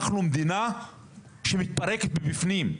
אנחנו מדינה שמתפרקת מבפנים.